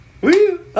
Woo